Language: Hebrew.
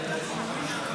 אלהרר.